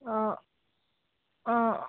অঁ অঁ